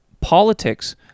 Politics